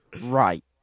Right